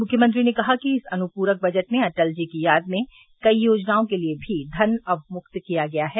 मुख्यमंत्री ने कहा कि इस अनुपूरक बजट में अटल जी की याद में कई योजनाओं के लिए भी धन अवमुक्त किया गया है